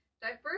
diverse